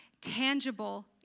tangible